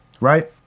right